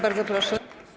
Bardzo proszę.